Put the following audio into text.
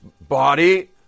body